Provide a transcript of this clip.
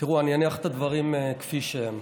תראו, אני אניח את הדברים כפי שהם: